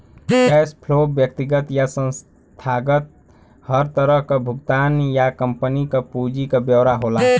cash flow व्यक्तिगत या संस्थागत हर तरह क भुगतान या कम्पनी क पूंजी क ब्यौरा होला